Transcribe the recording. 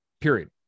period